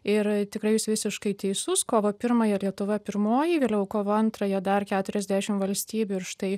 ir tikrai jūs visiškai teisus kovo pirmąją lietuva pirmoji vėliau kovo antrąją dar keturiasdešim valstybių ir štai